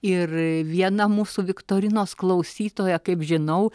ir viena mūsų viktorinos klausytoja kaip žinau